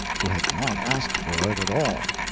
who had not asked for it at all.